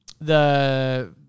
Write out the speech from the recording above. the-